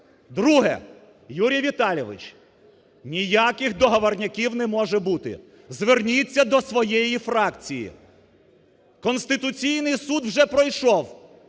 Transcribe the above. Друге. Юрій Віталійович, ніяких договорняків не може бути. Зверніться до своєї фракції. Конституційний Суд вже пройшов,